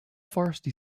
varsity